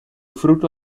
fruto